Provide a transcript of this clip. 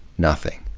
nothing.